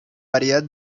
variedad